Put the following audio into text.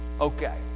okay